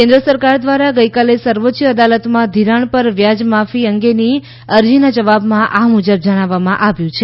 કેન્દ્ર સરકાર દ્વારા ગઇકાલે સર્વોચ્ય અદાલતમાં ઘિરાણ પર વ્યાજ માફી અંગેની અરજીના જવાબમાં આ મુજબ જણાવવામાં આવ્યું છે